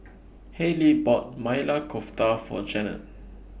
Haylie bought Maili Kofta For Janet